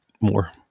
more